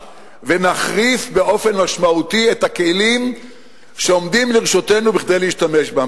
ונחריף באופן משמעותי את הכלים שעומדים לרשותנו כדי להשתמש בהם.